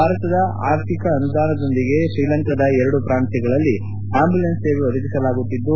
ಭಾರತದ ಆರ್ಥಿಕ ಅನುದಾನದೊಂದಿಗೆ ಶ್ರೀಲಂಕಾದ ಎರಡು ಪ್ರಾಂತ್ಯಗಳಲ್ಲಿ ಆ್ಯಂಬುಲೆನ್ಸ್ ಸೇವೆ ಒದಗಿಸಲಾಗುತ್ತಿದ್ದು